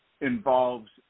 involves